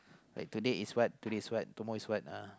like today is what today is what tomorrow is what ah